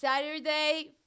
Saturday